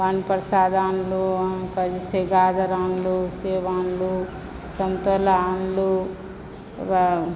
पान प्रसाद आनलू अहाँक जे छै से गाजर आनलूँ सेब आनलूँ सन्तोला आनलूँ वएह